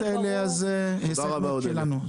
אם כן, השגנו את שלנו.